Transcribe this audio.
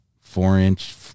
four-inch